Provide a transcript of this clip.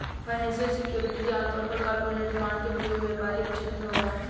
financial security के तौर पर कॉरपोरेट बॉन्ड के प्रयोग व्यापारिक छेत्र में होला